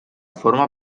forma